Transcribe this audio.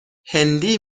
هندی